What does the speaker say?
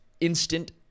instant